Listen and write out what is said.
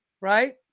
right